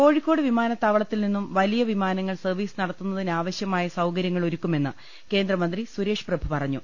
കോഴിക്കോട് വിമാനത്താവളത്തിൽനിന്നും വലിയവിമാനങ്ങൾ സർവ്വീസ് നടത്തുന്നതിനാവശ്യമായ സൌകരൃങ്ങൾഒരുക്കുമെന്ന് കേന്ദ്ര മന്ത്രി സുരേഷ് പ്രഭു പറഞ്ഞു